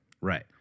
Right